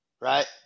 right